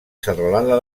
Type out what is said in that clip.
serralada